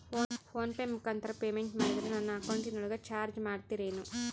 Phone pay ಮುಖಾಂತರ payment ಮಾಡಿದರೆ ನನ್ನ ಅಕೌಂಟಿನೊಳಗ ಚಾರ್ಜ್ ಮಾಡ್ತಿರೇನು?